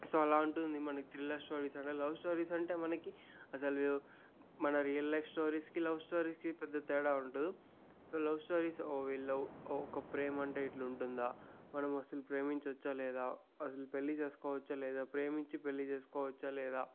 so అలా అంటుంది మనకి థ్రిల్లర్ స్టోరీస్ అంటే లవ్ స్టోరీస్ అంటే మనకి అసలు రియల్ లైఫ్ స్టోరీస్కి లవ్ స్టోరీస్కి పెద్ద తేడా ఉండదు సో లవ్ స్టోరీస్ ఓ ఇలా లవ్ ఒక ప్రేమంటే ఇట్ల ఉంటుందా మనమసలు ప్రేమించొచ్చా లేదా అసలు పెళ్లి చేసుకోవచ్చా లేదా ప్రేమించి పెళ్లి చేసుకోవచ్చా లేదా